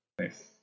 Nice